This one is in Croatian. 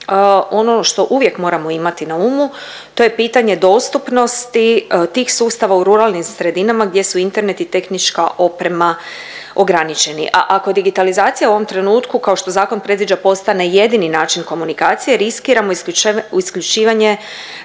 ono što uvijek moramo imati na umu to je pitanje dostupnosti tih sustava u ruralnim sredinama gdje su Internet i tehnička oprema ograničeni. A ako je digitalizacija u ovom trenutku kao što zakon predviđa postane jedini način komunikacije riskiramo isključivanje